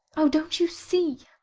oh, don't you see?